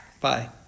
bye